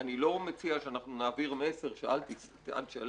אני לא מציע שאנחנו נעביר מסר - אל תשלם,